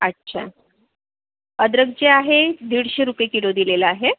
अच्छा अद्रक जे आहे दीडशे रुपये किलो दिलेलं आहे